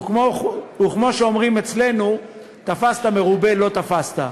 וכמו שאומרים אצלנו, "תפסת מרובה, לא תפסת".